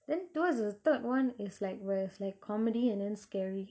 then towards the third one is like where it's like comedy then scary